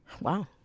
Wow